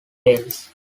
wales